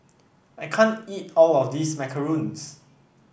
I can't eat all of this macarons